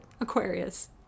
Aquarius